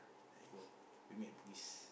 I go we met at Bugis